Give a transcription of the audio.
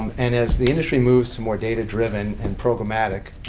and as the industry moves to more data-driven and programmatic,